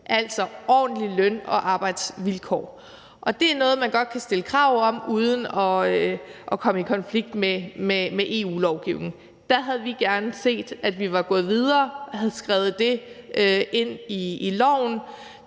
altså ordentlige løn- og arbejdsvilkår, og det er noget, man godt kan stille krav om uden at komme i konflikt med EU-lovgivningen. Der havde vi gerne set, at man var gået videre og have skrevet det ind i loven.